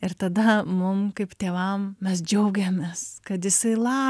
ir tada mum kaip tėvam mes džiaugiamės kad jisai la